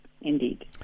Indeed